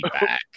back